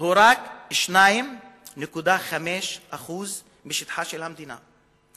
הוא רק 2.5% משטחה של המדינה.